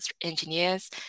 engineers